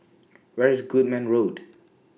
Where IS Goodman Road